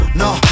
no